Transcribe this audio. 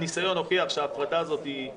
הניסיון הוכיח שההפרדה הזאת היא לרעה,